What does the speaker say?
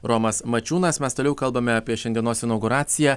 romas mačiūnas mes toliau kalbame apie šiandienos inauguraciją